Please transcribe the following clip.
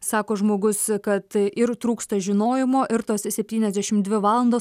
sako žmogus kad ir trūksta žinojimo ir tos septyniasdešim dvi valandos